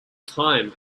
time